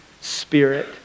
Spirit